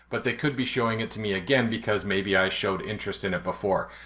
but they could be showing it to me again because maybe i showed interest in it before.